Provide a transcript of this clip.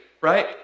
right